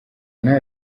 nta